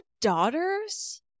daughters